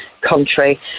country